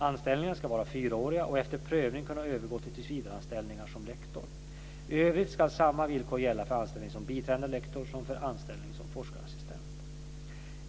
Anställningarna ska vara fyraåriga och efter prövning kunna övergå till tillsvidareanställningar som lektor. I övrigt ska samma villkor gälla för anställning som biträdande lektor som för anställning som forskarassistent.